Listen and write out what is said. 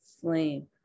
flame